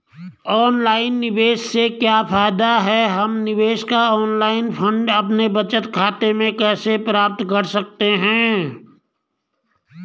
Online निवेश से क्या फायदा है हम निवेश का ऑनलाइन फंड अपने बचत खाते में कैसे प्राप्त कर सकते हैं?